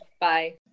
Bye